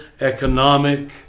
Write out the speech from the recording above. economic